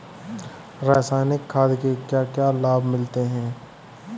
रसायनिक खाद के क्या क्या लाभ मिलते हैं?